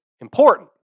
important